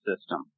system